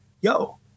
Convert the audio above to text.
yo